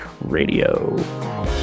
radio